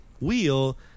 wheel